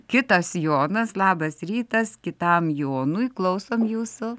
kitas jonas labas rytas kitam jonui klausom jūsų